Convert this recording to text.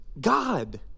God